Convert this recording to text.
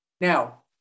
Now